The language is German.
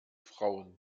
frauen